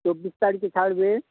চব্বিশ তারিখে ছাড়বে